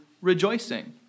rejoicing